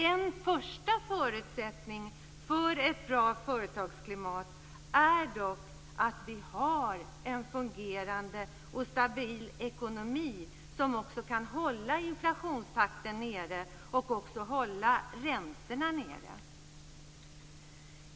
En första förutsättning för ett bra företagsklimat är dock att vi har en fungerande och stabil ekonomi som kan hålla inflationstakten och räntorna nere.